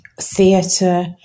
theatre